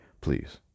please